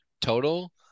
total